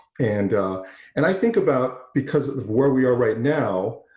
and and i think about, because of where we are right now,